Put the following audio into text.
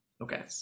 okay